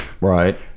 right